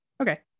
Okay